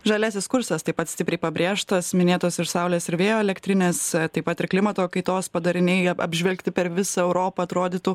žaliasis kursas taip pat stipriai pabrėžtas minėtos ir saulės ir vėjo elektrinės taip pat ir klimato kaitos padariniai ap apžvelgti per visą europą atrodytų